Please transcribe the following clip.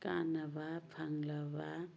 ꯀꯥꯟꯅꯕ ꯐꯪꯂꯕ